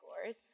scores